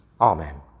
Amen